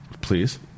Please